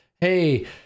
hey